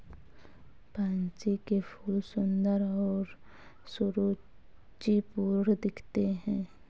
pansy के फूल सुंदर और सुरुचिपूर्ण दिखते हैं